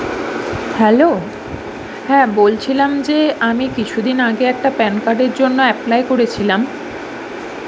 hello হ্যাঁ বলছিলাম যে আমি কিছু দিন আগে একটা প্যান কার্ডের জন্য অ্যাপ্লাই করেছিলাম